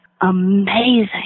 amazing